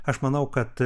aš manau kad